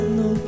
no